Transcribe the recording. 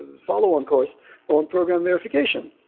follow-on course on program verification.